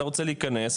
אתה רוצה להיכנס,